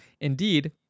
Indeed